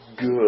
good